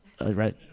right